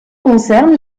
concerne